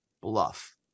bluff